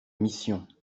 mission